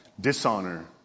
dishonor